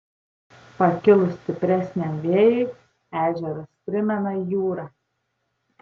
pakilus stipresniam vėjui ežeras primena jūrą